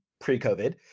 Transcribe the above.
pre-COVID